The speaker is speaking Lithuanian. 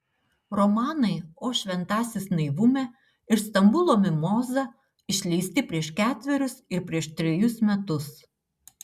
romanai o šventasis naivume ir stambulo mimoza išleisti prieš ketverius ir prieš trejus metus